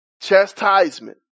chastisement